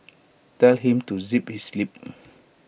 tell him to zip his lip